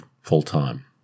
full-time